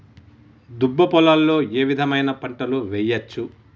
దుబ్బ పొలాల్లో ఏ విధమైన పంటలు వేయచ్చా?